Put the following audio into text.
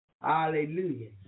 Hallelujah